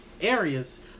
areas